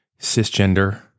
cisgender